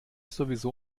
sowieso